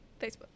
Facebook